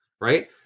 right